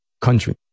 country